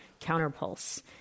CounterPulse